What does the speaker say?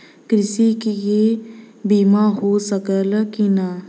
कृषि के बिमा हो सकला की ना?